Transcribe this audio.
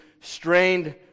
strained